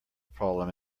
problem